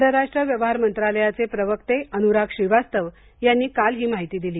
परराष्ट्र व्यवहार मंत्रालयाचे प्रवक्ते अनुराग श्रीवास्तव यांनी काल ही माहिती दिली